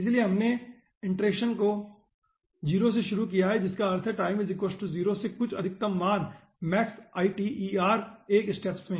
इसलिए हमने इटरेसन को 0 से शुरू किया है जिसका अर्थ है कि टाइम0 से कुछ अधिकतम मान max iter 1 के स्टेप्स में